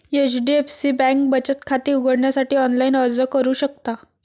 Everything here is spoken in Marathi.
एच.डी.एफ.सी बँकेत बचत खाते उघडण्यासाठी ऑनलाइन अर्ज करू शकता